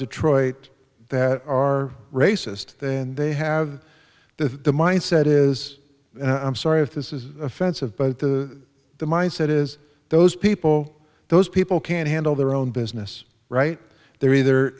detroit that are racist and they have the mindset is and i'm sorry if this is offensive but the the mindset is those people those people can't handle their own business right there either